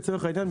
לצורך העניין,